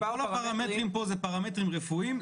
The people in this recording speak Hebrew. כל הפרמטרים פה זה פרמטרים רפואיים,